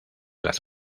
las